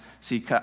See